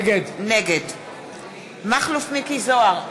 נגד מכלוף מיקי זוהר,